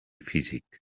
físic